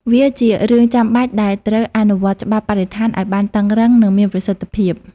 វាជារឿងចាំបាច់ដែលត្រូវ អនុវត្តច្បាប់បរិស្ថានឲ្យបានតឹងរ៉ឹង និងមានប្រសិទ្ធភាព។